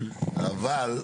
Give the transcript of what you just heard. אבל,